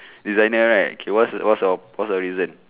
designer right K what's a what's of what's your reason